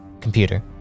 computer